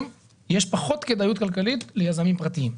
יש פחות כדאיות כלכלית ליזמים פרטיים.